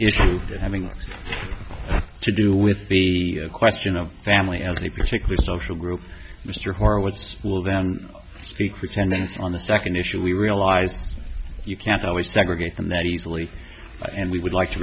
issue having to do with the question of family as a particular social group mr horowitz will then speak for ten minutes on the second issue we realized you can't always segregate them that easily and we would like to